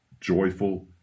joyful